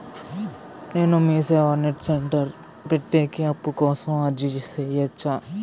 నేను MeeSeva net centre పెట్టేకి అప్పు కోసం అర్జీ సేయొచ్చా?